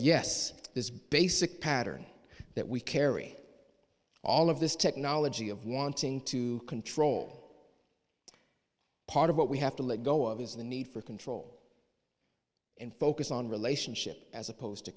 yes this basic pattern that we carry all of this technology of wanting to control part of what we have to let go of is the need for control and focus on relationship as opposed to